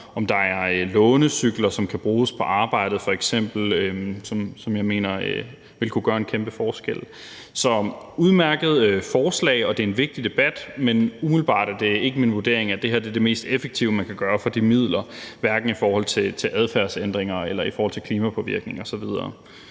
om der er lånecykler, der f.eks. kan bruges på arbejdet, som jeg mener ville kunne gøre en kæmpe forskel. Så det er et udmærket forslag, og det er en vigtig debat, men umiddelbart er det ikke min vurdering, at det her er det mest effektive, man kunne gøre for de midler, hverken i forhold til adfærdsændringer eller i forhold til klimapåvirkning osv.